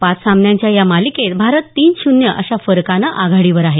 पाच सामन्यांच्या या मालिकेत भारत तीन शून्य अशा फरकानं आघाडीवर आहे